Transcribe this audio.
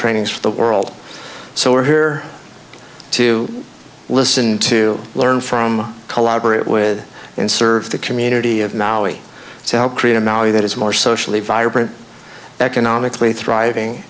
training for the world so we are here to listen to learn from collaborate with and serve the community of mali south korea mali that is more socially vibrant economically thriving